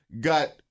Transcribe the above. got